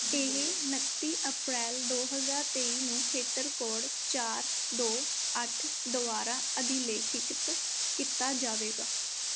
ਇਹ ਉਨੱਤੀ ਅਪ੍ਰੈਲ ਦੋ ਹਜ਼ਾਰ ਤੇਈ ਨੂੰ ਖੇਤਰ ਕੋਡ ਚਾਰ ਦੋ ਅੱਠ ਦੁਆਰਾ ਅਧਿਲੇਖਿਤ ਕੀਤਾ ਜਾਵੇਗਾ